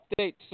update